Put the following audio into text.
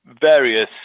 various